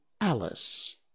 Alice